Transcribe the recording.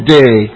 day